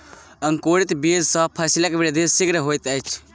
अंकुरित बीज सॅ फसीलक वृद्धि शीघ्र होइत अछि